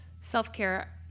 Self-care